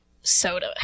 soda